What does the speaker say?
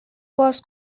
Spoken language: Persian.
باز